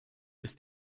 ist